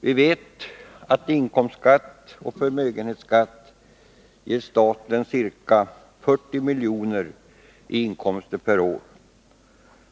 Vi vet att inkomstskatt och förmögenhetsskatt ger staten ca 40 miljarder per år.